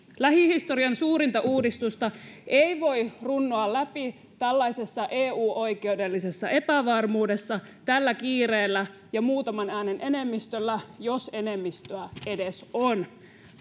lähihistorian suurinta uudistusta ei voi runnoa läpi tällaisessa eu oikeudellisessa epävarmuudessa tällä kiireellä ja muutaman äänen enemmistöllä jos enemmistöä edes on